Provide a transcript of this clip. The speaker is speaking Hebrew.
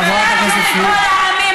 חברת הכנסת סויד.